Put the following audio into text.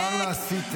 זה ללא עלות.